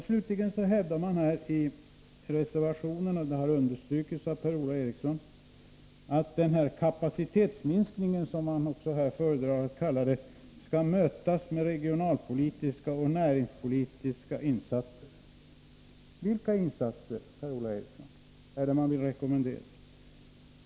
Slutligen hävdas i reservationen — och det har understrukits av Per-Ola Eriksson — att ”kapacitetsminskningen”, som man också här föredrar att kalla det, skall mötas med regionalpolitiska och näringspolitiska insatser. Vilka insatser, Per-Ola Eriksson, är det som man vill rekommendera?